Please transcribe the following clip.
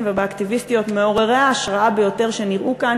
ובאקטיביסטיות מעוררי ההשראה ביותר שנראו כאן